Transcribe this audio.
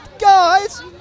Guys